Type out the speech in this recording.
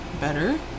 better